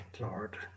Lord